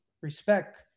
respect